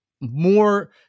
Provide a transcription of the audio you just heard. more